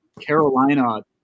Carolina